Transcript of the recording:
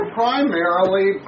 primarily